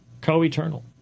co-eternal